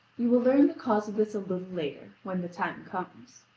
you will learn the cause of this a little later, when the time comes.